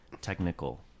technical